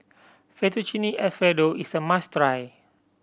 Fettuccine Alfredo is a must try